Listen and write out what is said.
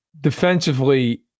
defensively